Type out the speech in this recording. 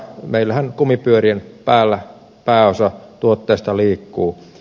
meillähän kumipyörien päällä pääosa tuotteista liikkuu